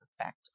effect